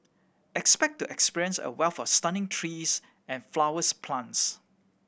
expect to experience a wealth of stunning trees and flowers plants